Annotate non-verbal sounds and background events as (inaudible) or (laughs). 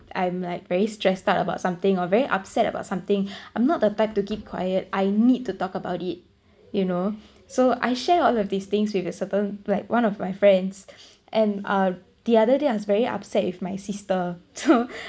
I'm like very stressed out about something or very upset about something (breath) I'm not the type to keep quiet I need to talk about it you know so I share all of these things with a certain like one of my friends and uh the other day I was very upset with my sister so (laughs)